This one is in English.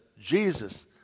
Jesus